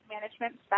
management